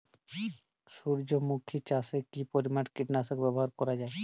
সূর্যমুখি চাষে কি পরিমান কীটনাশক ব্যবহার করা যায়?